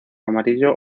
amarillo